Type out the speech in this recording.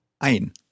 Ein